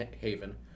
haven